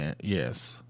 Yes